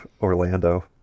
Orlando